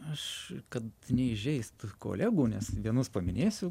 aš kad neįžeist kolegų nes vienus paminėsiu